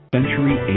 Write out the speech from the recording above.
Century